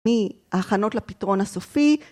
מהכנות לפתרון הסופי